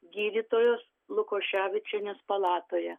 gydytojos lukoševičienės palatoje